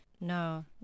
No